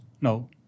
No